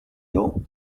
you